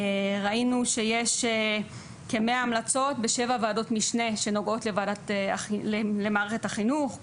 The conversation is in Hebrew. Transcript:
ראינו שיש כ-100 המלצות בשבע וועדות משנה שנוגעות למערכת החינוך,